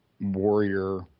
warrior